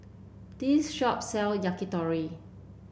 this shop sells Yakitori